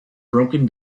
broken